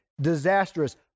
disastrous